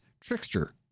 Trickster